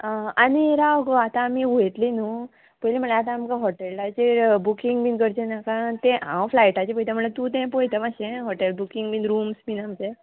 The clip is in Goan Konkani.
आं आनी राव गो आतां आमी वयतलीं न्हू पयलीं म्हळ्यार आतां आमकां हॉटेलाचेर बुकींग बीन करचें नाका तें हांव फ्लायटाचें पयता म्हणल्यार तूं तें पयता मातशें हॉटेल बुकींग बीन रूम्स बीन आहा ते